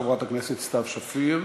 חברת הכנסת סתיו שפיר,